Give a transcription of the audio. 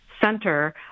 Center